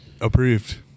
Approved